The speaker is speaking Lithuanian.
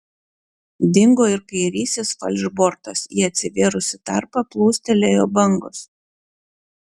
dingo ir kairysis falšbortas į atsivėrusį tarpą plūstelėjo bangos